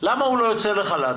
למה הוא לא יוצא לחל"ת?